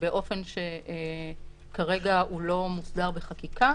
באופן שכרגע הוא לא מוסדר בחקיקה.